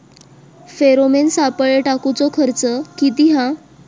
Pheromone सापळे टाकूचो खर्च किती हा?